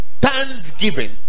thanksgiving